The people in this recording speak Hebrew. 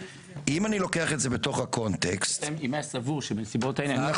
אם היה סבור שנסיבות העניין בכללותן אינן מתאימות לפתיחה בחקירה.